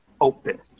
open